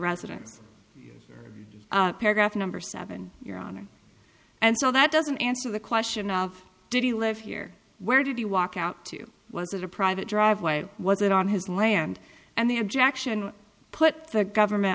residence paragraph number seven your honor and so that doesn't answer the question of did he live here where did he walk out to was it a private driveway or was it on his land and the objection put the government